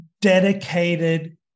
dedicated